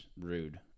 rude